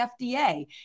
FDA